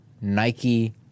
Nike